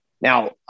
Now